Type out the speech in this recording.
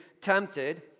tempted